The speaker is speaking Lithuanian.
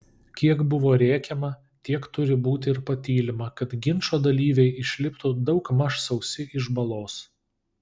kiek buvo rėkiama tiek turi būti ir patylima kad ginčo dalyviai išliptų daugmaž sausi iš balos